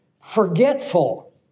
forgetful